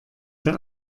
der